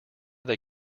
they